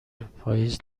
پاییز